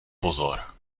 pozor